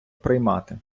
приймати